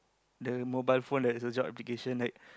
the mobile phone there is a job application right